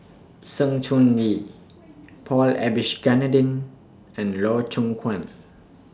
Sng Choon Yee Paul Abisheganaden and Loh Hoong Kwan